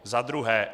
Za druhé.